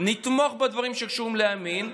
נתמוך בדברים שקשורים לימין,